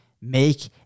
make